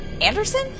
Anderson